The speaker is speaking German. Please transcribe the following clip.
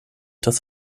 das